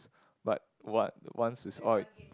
but what once is